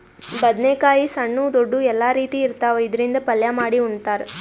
ಬದ್ನೇಕಾಯಿ ಸಣ್ಣು ದೊಡ್ದು ಎಲ್ಲಾ ರೀತಿ ಇರ್ತಾವ್, ಇದ್ರಿಂದ್ ಪಲ್ಯ ಮಾಡಿ ಉಣ್ತಾರ್